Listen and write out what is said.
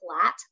flat